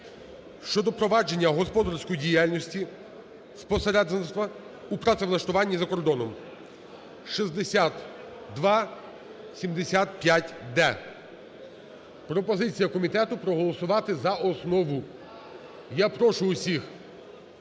щодо провадженнягосподарської діяльності з посередництва у працевлаштуванні за кордоном (6275-д). Пропозиція комітету: проголосувати за основу. Я прошу всіх